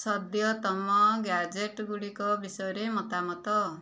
ସଦ୍ୟତମ ଗ୍ୟାଜେଟ୍ ଗୁଡ଼ିକ ବିଷୟରେ ମତାମତ